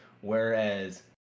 whereas